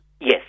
Yes